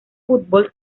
fútbol